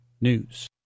News